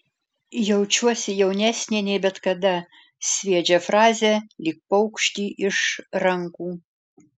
jaučiuosi jaunesnė nei bet kada sviedžia frazę lyg paukštį iš rankų